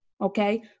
okay